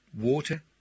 water